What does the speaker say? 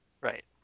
Right